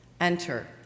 Enter